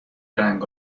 رنگ